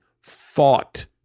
fought